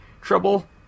trouble